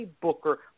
Booker